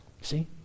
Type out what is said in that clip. See